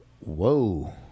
Whoa